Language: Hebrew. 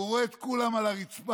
והוא רואה את כולם על הרצפה